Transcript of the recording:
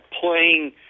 playing